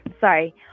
Sorry